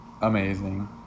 Amazing